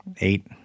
eight